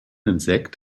insekt